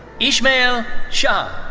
ismail shah,